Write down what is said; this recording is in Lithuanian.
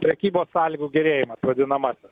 prekybos sąlygų gerėjimas vadinamasis